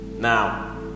Now